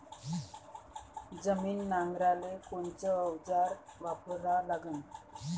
जमीन नांगराले कोनचं अवजार वापरा लागन?